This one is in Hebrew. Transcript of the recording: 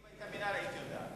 אם היא היתה מינהל היית יודעת.